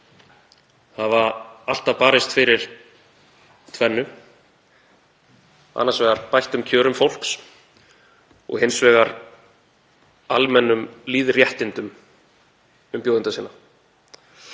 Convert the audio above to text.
hafa alltaf barist fyrir tvennu; annars vegar bættum kjörum fólks og hins vegar almennum lýðréttindum umbjóðenda sinna.